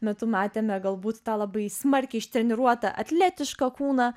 metu matėme galbūt tą labai smarkiai ištreniruotą atletišką kūną